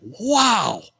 wow